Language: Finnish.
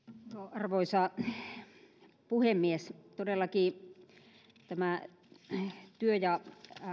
arvoisa puhemies todellakin työ ja